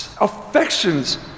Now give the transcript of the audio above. affections